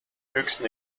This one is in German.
höchsten